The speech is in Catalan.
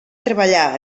treballar